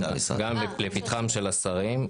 גם לפתחם של השרים,